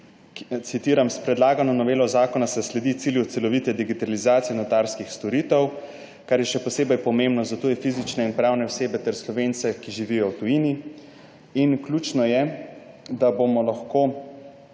Citiram: »S predlagano novelo zakona se sledi cilju celovite digitalizacije notarskih storitev, kar je še posebej pomembno za tuje fizične in pravne osebe ter Slovence, ki živijo v tujini.« Ključno je, da bomo lahko